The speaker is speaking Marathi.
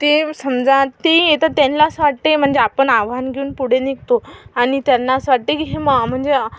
ते समजा ती येतात त्यांना असं वाटते म्हणजे आपण आव्हान घेऊन पुढे निघतो आणि त्यांना असं वाटते की हे मॉ म्हणजे